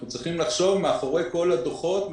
אנחנו צריכים לחשוב מאחורי כל הדוחות,